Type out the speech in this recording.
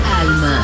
Alma